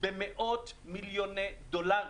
במאות-מיליוני דולרים.